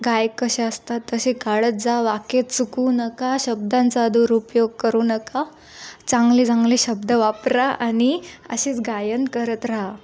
गायक कसे असतात तसे काढत जा वाकेत चुकवू नका शब्दांचा दुरुपयोग करू नका चांगले चांगले शब्द वापरा आणि असेच गायन करत राहा